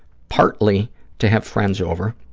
partly to have friends over,